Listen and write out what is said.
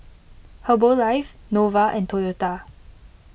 Herbalife Nova and Toyota